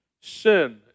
Sin